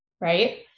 Right